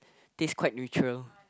taste quite neutral